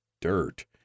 dirt